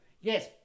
yes